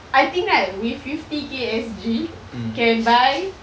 I think right with fifty K S_G can buy